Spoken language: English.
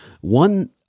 one